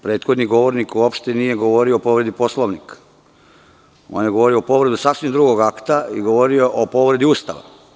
Prethodni govornik uopšte nije govorio o povredi Poslovnika, on je govorio o povredi sasvim drugog akta i o povredi Ustava.